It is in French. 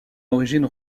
l’origine